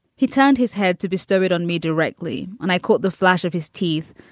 he turned his head to bestow it on me directly, and i caught the flash of his teeth.